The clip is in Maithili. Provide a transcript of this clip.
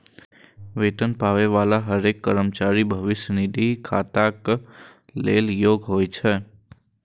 वेतन पाबै बला हरेक कर्मचारी भविष्य निधि खाताक लेल योग्य होइ छै